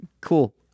cool